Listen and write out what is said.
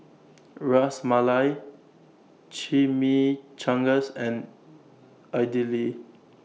Ras Malai Chimichangas and Idili